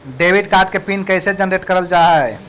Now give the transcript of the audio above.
Debit card के pin कैसे generate करल जाहै?